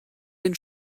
den